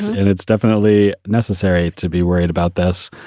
and it's definitely necessary to be worried about this.